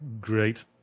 great